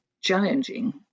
challenging